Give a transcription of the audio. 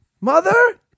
Mother